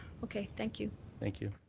okay. thank you. thank you.